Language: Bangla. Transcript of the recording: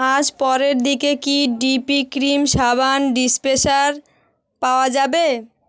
আজ পরের দিকে কি ডিপি ক্রিম সাবান ডিসপেনসার পাওয়া যাবে